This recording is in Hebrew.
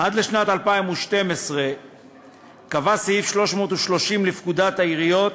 עד לשנת 2012 קבע סעיף 330 לפקודת העיריות